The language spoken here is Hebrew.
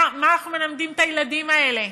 מה אנחנו מלמדים את הילדים האלה,